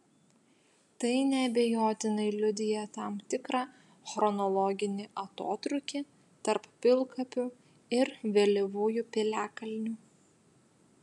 tai neabejotinai liudija tam tikrą chronologinį atotrūkį tarp pilkapių ir vėlyvųjų piliakalnių